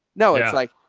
no. it's like,